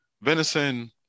venison